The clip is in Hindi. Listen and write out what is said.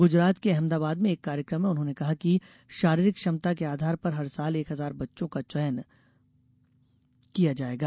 गुजरात के अहमदाबाद में एक कार्यक्रम में उन्होंने कहा कि शारीरिक क्षमता के आधार पर हर साल एक हजार बच्चों का चयन किया जायेगा